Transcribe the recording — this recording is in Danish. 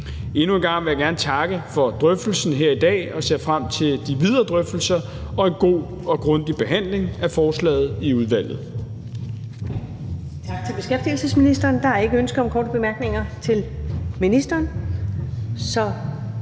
Endnu en gang vil jeg gerne takke for drøftelsen her i dag og ser frem til de videre drøftelser og en god og grundig behandling af forslaget i udvalget. Kl. 14:09 Første næstformand (Karen Ellemann): Tak til beskæftigelsesministeren. Der er ikke ønske om korte bemærkninger til ministeren.